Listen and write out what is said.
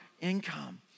income